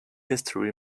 history